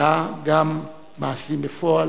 אלא גם מעשים בפועל.